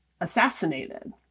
assassinated